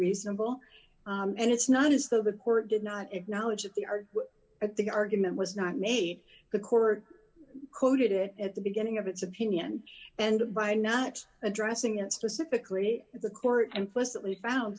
reasonable and it's not as though the court did not acknowledge that the art at the argument was not me the court quoted it at the beginning of its opinion and by not addressing it specifically the court and presently found